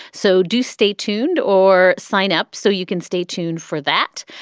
so do stay tuned or sign up so you can stay tuned for that.